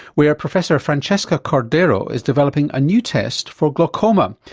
where professor francesca cordeiro is developing a new test for glaucoma,